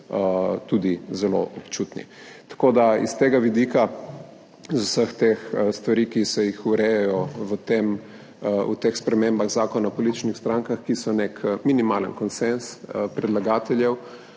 tudi zelo občutni. Tako da iz tega vidika, iz vseh teh stvari, ki se jih urejajo v tem, v teh spremembah Zakona o političnih strankah, ki so nek minimalen konsenz predlagateljev.